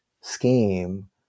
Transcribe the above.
scheme